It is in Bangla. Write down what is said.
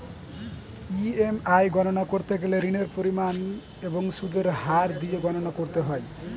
ই.এম.আই গণনা করতে গেলে ঋণের পরিমাণ এবং সুদের হার দিয়ে গণনা করতে হয়